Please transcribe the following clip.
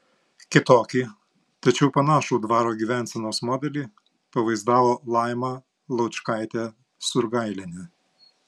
kitokį tačiau panašų dvaro gyvensenos modelį pavaizdavo laima laučkaitė surgailienė